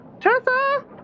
Tessa